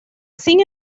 sin